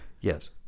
Yes